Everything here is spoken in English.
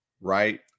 right